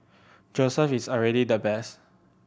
Joseph is already the best